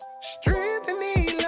Strengthening